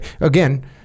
Again